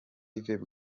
yves